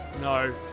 No